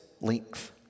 length